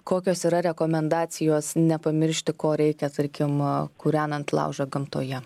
kokios yra rekomendacijos nepamiršti ko reikia tarkim kūrenant laužą gamtoje